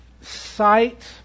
sight